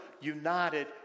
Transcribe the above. united